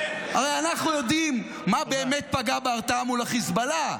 הרי אנחנו יודעים מה באמת פגע בהרתעה מול חיזבאללה: